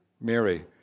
Mary